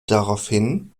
daraufhin